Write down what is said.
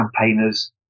campaigners